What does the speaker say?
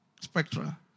Spectra